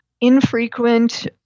infrequent